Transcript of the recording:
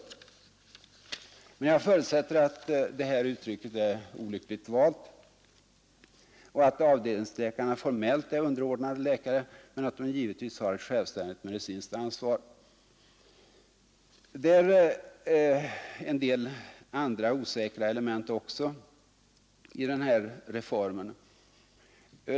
Men jag förutsätter att det här uttrycket, ”medicinskt underordnad ställning”, är olyckligt valt och att avdelningsläkarna formellt är underordnade läkare men att de har ett självständigt medicinskt ansvar. Det är också en del andra osäkra element i den här reformen.